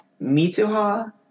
Mitsuha